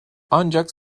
ancak